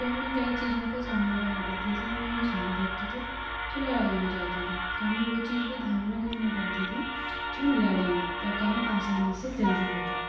तो हमें कई चीज़ों का सामना करना पड़ता जैसे हम दोनों साथ बैठते थे तो लड़ाई हो जाती थी तो हमें वो चीज भी ध्यान में रखनी पड़ती थीं कि हम लड़े ना और काम आसानी से जल्दी हो जाए